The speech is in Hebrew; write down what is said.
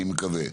אני מקווה,